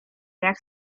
jak